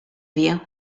you